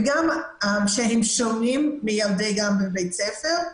וגם שהם שומעים מילדי גן בבית ספר,